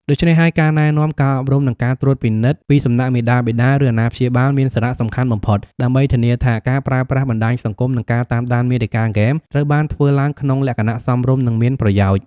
ដូច្នេះហើយ ការណែនាំ ការអប់រំ និងការត្រួតពិនិត្យពីសំណាក់មាតាបិតា ឬអាណាព្យាបាល មានសារៈសំខាន់បំផុត ដើម្បីធានាថាការប្រើប្រាស់បណ្តាញសង្គម និងការតាមដានមាតិកាហ្គេម ត្រូវបានធ្វើឡើងក្នុងលក្ខណៈសមរម្យ និងមានប្រយោជន៍។